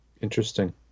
Interesting